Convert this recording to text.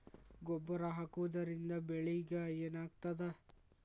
ಗೊಬ್ಬರ ಹಾಕುವುದರಿಂದ ಬೆಳಿಗ ಏನಾಗ್ತದ?